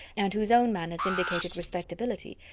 and whose own manners indicated respectability,